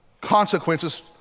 consequences